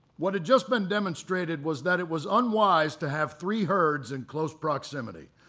what had just been demonstrated was that it was unwise to have three herds in close proximity.